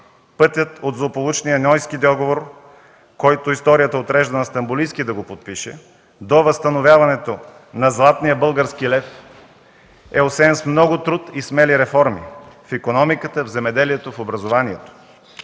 Пътят от злополучния Ньойски договор, който историята отрежда на Стамболийски да го подпише, до възстановяването на Златния български лев е осеян с много труд и смели реформи в икономиката, в земеделието, в образованието.